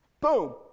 boom